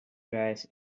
drives